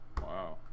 Wow